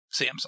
Samsung